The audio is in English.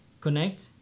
connect